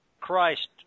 Christ